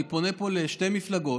אני פונה פה לשתי מפלגות,